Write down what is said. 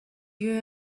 you